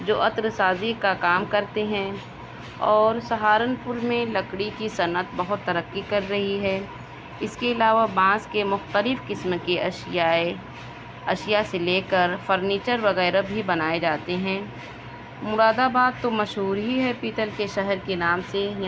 جو عطر سازی کا کام کرتے ہیں اور سہارنپور میں لکڑی کی صنعت بہت ترقی کر رہی ہے اس کے علاوہ بانس کے مختلف قسم کی اشیا ہے اشیا سے لے کر فرنیچر وغیرہ بھی بنائے جاتے ہیں مراد آباد تو مشہور ہی ہے پیتل کے شہر کے نام سے